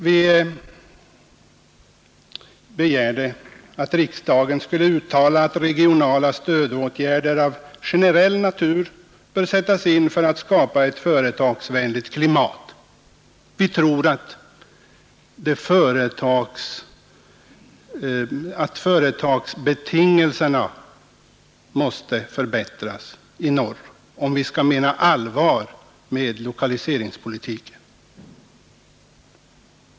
Vi begärde att riksdagen skulle uttala att regionala stödåtgärder av generell natur bör sättas in för att skapa ett företagsvänligt klimat. Vi hävdar att företagsbetingelserna måste förbättras i norr, om vi skall mena allvar med lokaliseringspolitiken.